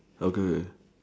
okay